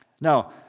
Now